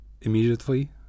immediately